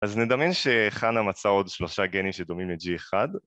אז נדמיין שחנה מצא עוד שלושה גנים שדומים ל-G1